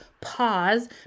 Pause